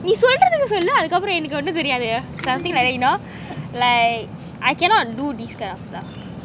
நீ சொல்றதுக்கு சொல்லு அதுக்கப்பொறோம் எனக்கு ஒன்னும் தெரியாது:nee solrathukku sollu athukapporoam enakku onnum theriyathu something like that you know like I cannot do these kind of stuff